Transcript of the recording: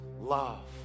love